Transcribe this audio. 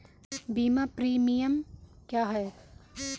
बीमा प्रीमियम क्या है?